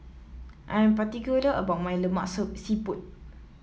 I'm particular about my Lemak Siput